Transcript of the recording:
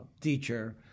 teacher